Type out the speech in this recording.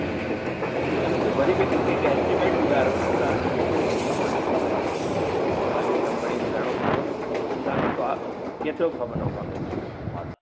ठीकु आहे वरी बि मूंखे हिक एस्टिमेट ॿुधाए रखो तव्हांजो त भाई मूंखे सामान जे हिसाब सां अॻिते कंपनीअ खे ॿुधाइणो पवंदो केतिरो खपंदव फिलहालु